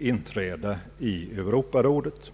inträda i Europarådet.